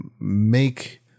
make